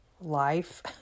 life